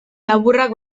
laburrak